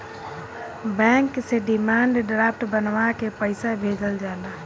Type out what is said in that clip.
bank से demand draft बनवा के पईसा भेजल जाला